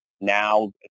now